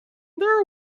there